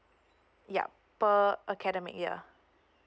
yup per academic year